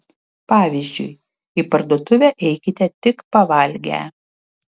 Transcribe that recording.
pavyzdžiui į parduotuvę eikite tik pavalgę